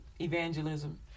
evangelism